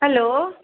hello